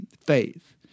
faith